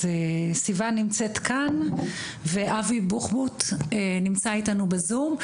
אז סיון נמצאת כאן ואבי בוחבוט נמצא איתנו בזום,